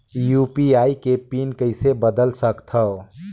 UPI के PIN कइसे बदल सकथव?